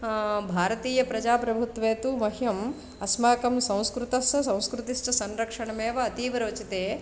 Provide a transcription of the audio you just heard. भारतीयप्रजाप्रभुत्वे तु मह्यम् अस्माकं संस्कृतस्स संस्कृतिश्च संरक्षणमेव अतीव रोचते